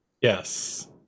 Yes